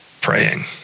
praying